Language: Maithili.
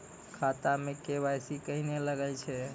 खाता मे के.वाई.सी कहिने लगय छै?